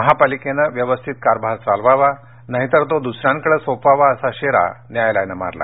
महापालिकेनं व्यवस्थित कारभार चालवावा नाहीतर तो दुसऱ्यांकडे सोपवावा असा शेरा न्यायालयानं मारला